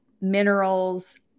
minerals